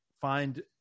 find